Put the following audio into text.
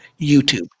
YouTube